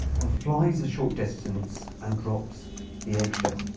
and flies a short distance, and drops the egg shell.